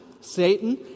Satan